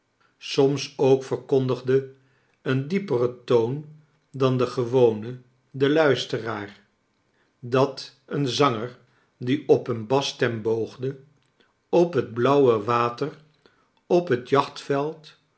soms ook verkondigde een diepere toon dan de gewone den luisteraar dat een zanger die op een bass tern boogde op het blauwe water op het